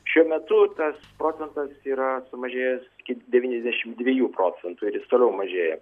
šiuo metu tas procentas yra sumažėjęs iki devyniasdešim dviejų procentų ir jis toliau mažėja